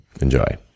Enjoy